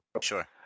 Sure